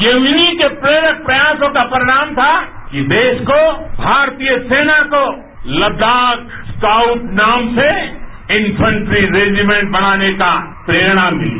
ये उन्हीं के प्रेरक प्रयासों का परिणाम था कि देश को भारतीय सेना को तद्वाख स्काउट नाम से प्ददिजतल तमहपउमदज बनाने की प्रेरणा मिली